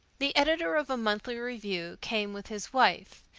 the editor of a monthly review came with his wife,